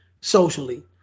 socially